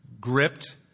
gripped